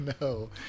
no